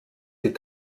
die